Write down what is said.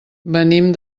venim